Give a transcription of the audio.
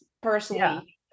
personally